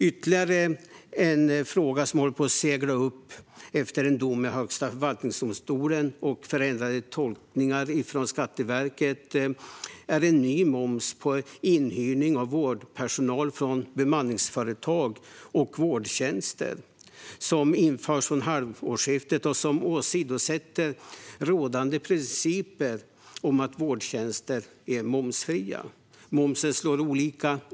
Ytterligare en fråga håller på att segla upp efter en dom i Högsta förvaltningsdomstolen och förändrade tolkningar från Skatteverket. Det är en ny moms på inhyrning av vårdpersonal från bemanningsföretag och vårdtjänster. Den införs från halvårsskiftet och åsidosätter rådande principer om momsfria vårdtjänster. Momsen slår olika.